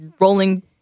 rolling